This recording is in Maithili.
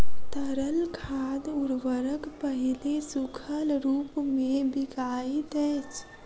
तरल खाद उर्वरक पहिले सूखल रूपमे बिकाइत अछि